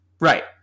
Right